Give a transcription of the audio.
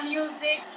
music